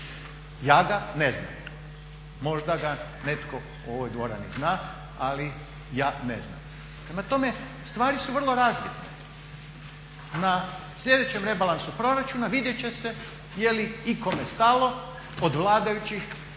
Ja ga ne znam. Možda ga netko u ovoj dvorani zna, ali ja ne znam. Prema tome, stvari su vrlo razvidne. Na sljedećem rebalansu proračuna vidjet će se je li ikome od vladajućih